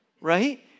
right